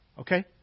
Okay